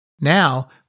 Now